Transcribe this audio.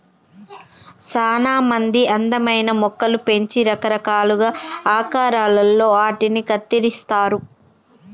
సానా మంది అందమైన మొక్కలు పెంచి రకరకాలుగా ఆకారాలలో ఆటిని కత్తిరిస్తారు